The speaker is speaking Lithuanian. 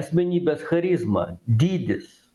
asmenybės charizmą dydis